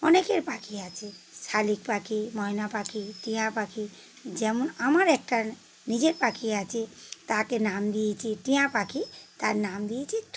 অনেকের পাখি আছে শালিক পাখি ময়না পাখি টিয়া পাখি যেমন আমার একটা নিজের পাখি আছে তাকে নাম দিয়েছি টিয়া পাখি তার নাম দিয়েছি তুয়া